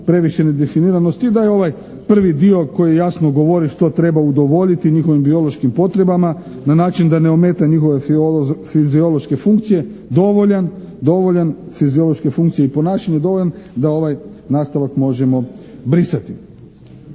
previše nedefiniranosti i da je ovaj prvi dio koji jasno govori što treba udovoljiti njihovim biološkim potrebama na način da ne ometa njihove fiziološke funkcije dovoljan, fiziološke funkcije i ponašanje, dovoljan da ovaj nastavak možemo brisati.